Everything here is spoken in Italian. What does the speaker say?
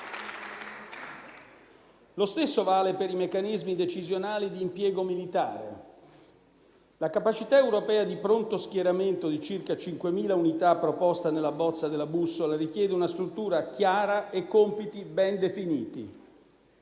Lo stesso vale per i meccanismi decisionali di impiego militare. La capacità europea di pronto schieramento di circa 5.000 unità proposta nella bozza della bussola richiede una struttura chiara e compiti ben definiti.